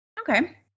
okay